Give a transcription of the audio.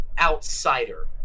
outsider